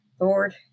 Lord